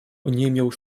oniemiał